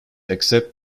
except